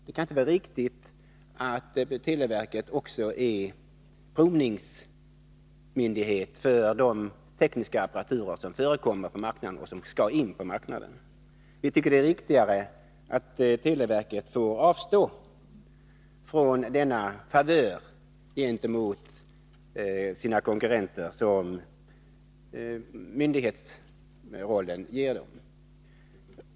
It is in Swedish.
Det kan inte vara riktigt att televerket också är provningsmyndighet för de tekniska apparaturer som förekommer på marknaden och de som skall in på denna. Det är enligt vår mening riktigare att televerket får avstå från den favör gentemot konkurrenterna som myndighetsrollen ger.